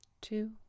two